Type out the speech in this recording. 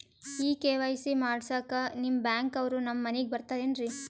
ಈ ಕೆ.ವೈ.ಸಿ ಮಾಡಸಕ್ಕ ನಿಮ ಬ್ಯಾಂಕ ಅವ್ರು ನಮ್ ಮನಿಗ ಬರತಾರೆನ್ರಿ?